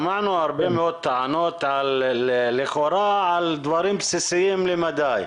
שמענו הרבה מאוד טענות לכאורה על דברים בסיסיים למדי.